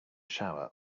shower